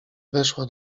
weszła